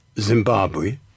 Zimbabwe